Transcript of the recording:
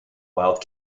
wild